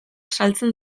saltzen